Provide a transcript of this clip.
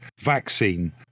vaccine